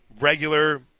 regular